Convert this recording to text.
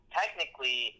technically